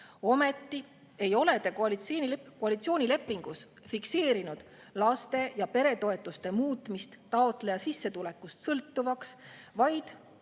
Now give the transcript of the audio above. Ometi ei ole te koalitsioonilepingus fikseerinud laste‑ ja peretoetuste muutmist taotleja sissetulekust sõltuvaks, vaid